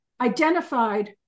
identified